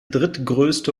drittgrößte